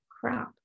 crap